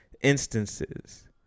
instances